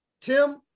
Tim